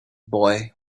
boy